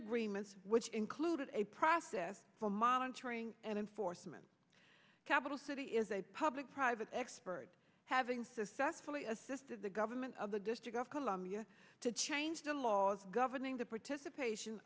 agreements which included a process for monitoring and enforcement capital city is a public private expert having successfully assisted the government of the district of columbia to change the laws governing the participation